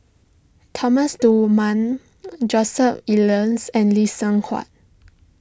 Thomas Dunman Joseph Elias and Lee Seng Huat